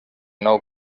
nou